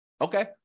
Okay